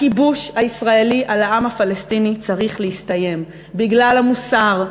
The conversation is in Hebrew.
הכיבוש הישראלי על העם הפלסטיני צריך להסתיים בגלל המוסר,